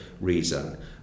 reason